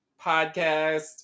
podcast